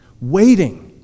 waiting